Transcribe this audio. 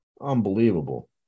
Unbelievable